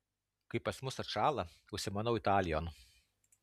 kai pas mus atšąla užsimanau italijon